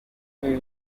ati